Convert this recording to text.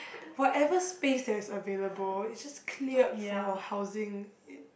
whatever space that is available it's just cleared for housing